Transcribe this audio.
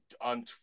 on